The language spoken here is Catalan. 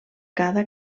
cada